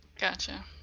Gotcha